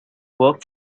work